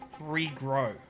regrow